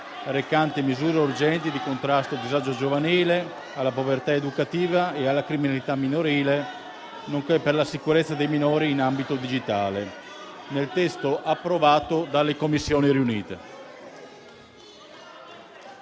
recante misure urgenti di contrasto al disagio giovanile, alla povertà educativa e alla criminalità minorile, nonché per la sicurezza dei minori in ambito digitale, nel testo proposto dalle Commissioni riunite